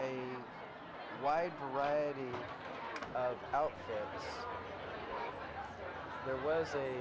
a wide variety out there was a